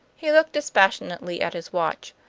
he looked dispassionately at his watch.